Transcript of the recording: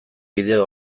bideo